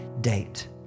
date